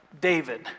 David